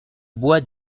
bois